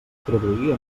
traduir